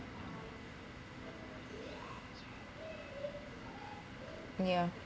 ya